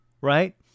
right